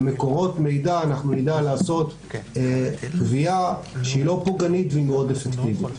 ומקורות מידע נדע לעשות גבייה שהיא לא פוגענית והיא מאוד אפקטיבית.